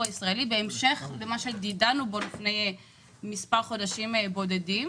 הישראלי בהמשך למה שדנו בו לפני מספר חודשים בודדים,